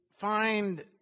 find